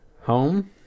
home